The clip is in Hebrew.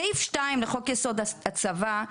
סעיף 2 לחוק-יסוד: הצבא,